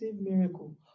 miracle